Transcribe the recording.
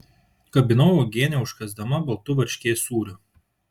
kabinau uogienę užkąsdama baltu varškės sūriu